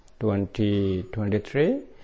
2023